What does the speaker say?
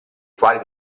quali